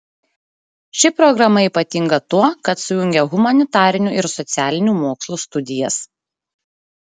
ši programa ypatinga tuo kad sujungia humanitarinių ir socialinių mokslų studijas